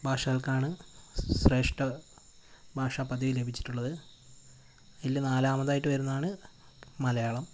ഭാഷകൾക്കാണ് ശ്രേഷ്ഠ ഭാഷ പദവി ലഭിച്ചിട്ടുള്ളത് ഇതിൽ നാലാമതായിട്ട് വരുന്നതാണ് മലയാളം